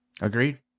Agreed